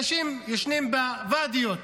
אנשים ישנים בוואדיות,